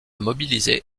mobiliser